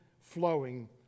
flowing